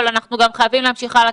אבל אנחנו חייבים להמשיך הלאה,